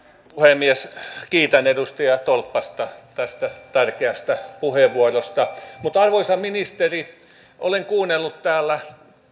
puhemies kiitän edustaja tolppasta tästä tärkeästä puheenvuorosta arvoisa ministeri olen kuunnellut täällä